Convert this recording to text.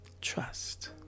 Trust